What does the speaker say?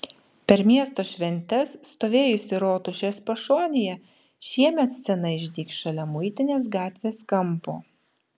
per miesto šventes stovėjusi rotušės pašonėje šiemet scena išdygs šalia muitinės gatvės kampo